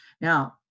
Now